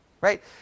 Right